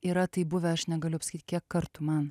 yra taip buvę aš negaliu apsakyti kiek kartų man